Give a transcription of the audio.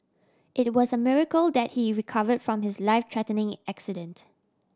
it was a miracle that he recover from his life threatening accident